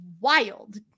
wild